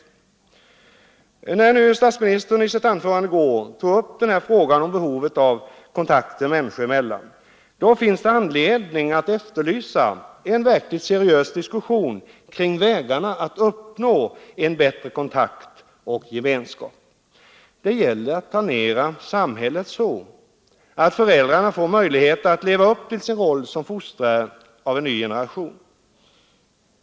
När nu statsministern i sitt anförande i går tog upp den här frågan om behovet av kontakter människor emellan, finns det anledning att efterlysa en verkligt seriös diskussion kring vägarna att uppnå bättre kontakterna har en avgörande betydelse såväl för barnens möjligheter att föräldrarna får möjligheter att leva upp till sin roll som fostrare av en ny generation.